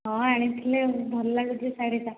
ହଁ ଆଣିଥିଲେ ଭଲ ଲାଗୁଛି ଶାଢ଼ୀଟା